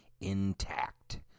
intact